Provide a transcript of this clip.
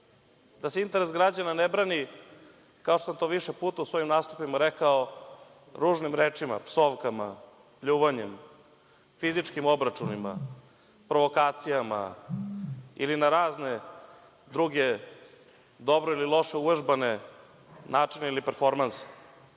da se interes građana ne brani kao što sam to više puta u svojim nastupima rekao, ružnim rečima, psovkama, pljuvanjem, fizičkim obračunima, provokacijama ili na razne druge dobre ili loše uvežbane načine ili performanse. Nasilje